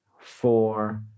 four